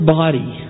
body